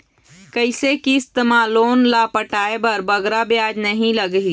कइसे किस्त मा लोन ला पटाए बर बगरा ब्याज नहीं लगही?